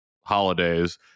holidays